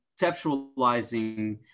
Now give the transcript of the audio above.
conceptualizing